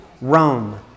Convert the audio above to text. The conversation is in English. Rome